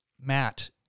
matt